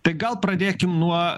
tai gal pradėkim nuo